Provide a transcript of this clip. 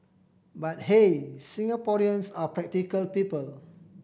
but hey Singaporeans are practical people